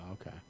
okay